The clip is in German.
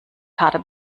karte